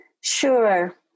Sure